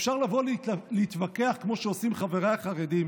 אפשר לבוא להתווכח, כמו שעושים חבריי החרדים,